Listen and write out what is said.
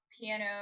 piano